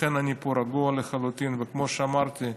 לכן, אני רגוע לחלוטין, וכמו שאמרתי: